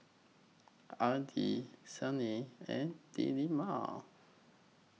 Aidil Isnin and Delima